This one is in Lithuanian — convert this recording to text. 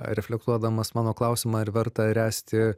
reflektuodamas mano klausimą ar verta ręsti